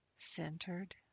Centered